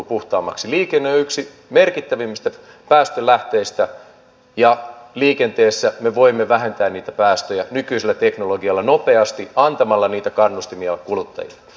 liikenne on yksi merkittävimmistä päästölähteistä ja liikenteessä me voimme vähentää niitä päästöjä nykyisellä teknologialla nopeasti antamalla niitä kannustimia kuluttajille